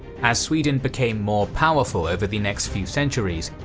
as sweden became more powerful over the next few centuries,